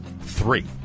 Three